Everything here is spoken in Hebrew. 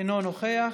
אינו נוכח,